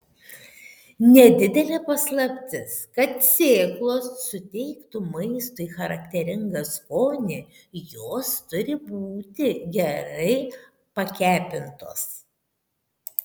nedidelė paslaptis kad sėklos suteiktų maistui charakteringą skonį jos turi būti gerai pakepintos